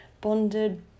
bonded